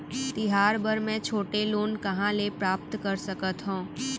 तिहार बर मै छोटे लोन कहाँ ले प्राप्त कर सकत हव?